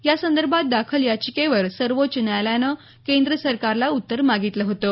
यासंदर्भात दाखल याचिकेवर सर्वोच्च न्यायालयानं केंद्र सरकारलं उत्तर मागितलं होतं